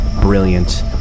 brilliant